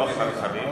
לא, חס וחלילה.